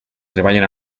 treballen